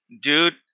Dude